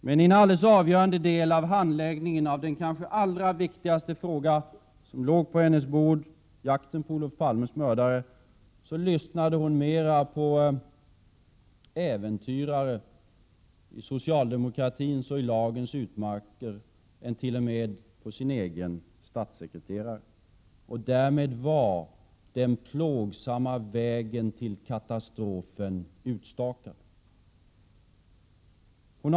Men i en alldeles avgörande del av handläggningen av den kanske allra viktigaste frågan på hennes bord — frågan om jakten på Olof Palmes mördare —- lyssnade hon mera på äventyrare i socialdemokratins och lagens utmarker än t.o.m. på sin egen statssekreterare. Därmed var den plågsamma vägen mot katastrofen utstakad.